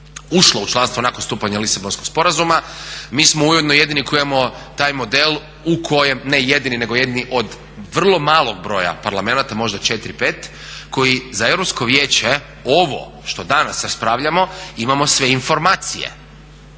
ušlo u članstvo nakon stupanja Lisabonskog sporazuma, mi smo ujedno jedini koji imamo taj model ne jedini nego jedini od vrlo malog broja parlamenata možda 4, 5, koji za Europsko vijeće ovo što danas raspravljamo imamo sve informacije.